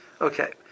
Okay